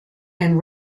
and